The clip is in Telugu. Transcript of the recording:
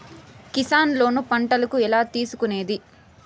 కిసాన్ లోను పంటలకు ఎలా తీసుకొనేది?